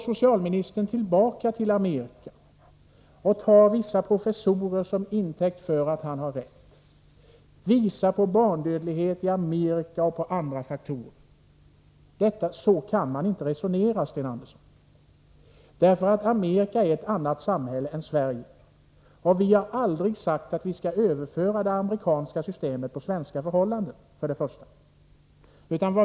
Socialministern åberopar då förhållandena i Amerika och tar uttalanden av vissa professorer till intäkt för att han har rätt. Han hävisar till barnadödligheten i Amerika och till andra faktorer. Men så kan man inte resonera, Sten Andersson. Amerika har ett annat samhälle än Sverige. Vi har aldrig sagt att vi vill överföra det amerikanska systemet till svenska förhållanden.